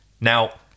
Now